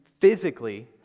physically